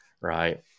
right